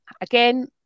again